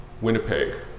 Winnipeg